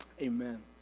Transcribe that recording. amen